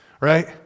Right